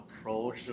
approach